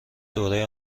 دوره